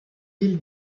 île